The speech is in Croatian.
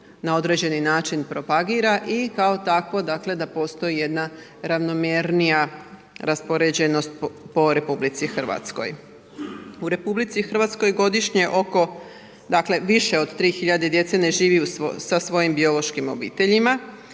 na određeni način propagira i kao takvo dakle da postoji jedna ravnomjernija raspoređenost po Republici Hrvatskoj. U Republici Hrvatskoj godišnje oko dakle više od 3 hiljade djece ne živi sa svojim biološkim obiteljima